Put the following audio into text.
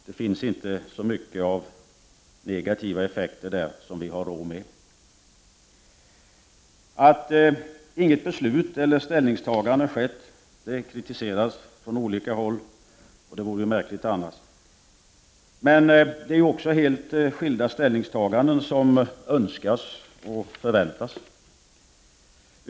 Det finns inte många negativa 31 miljöeffekter som vi har råd med. Att inget ställningstagande gjorts kritiseras från olika håll, och det vore väl märkligt annars. Men det är också helt skilda ställningstaganden som önskas och förväntas.